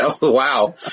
Wow